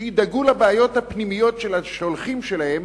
שידאגו לבעיות הפנימיות של השולחים שלהם,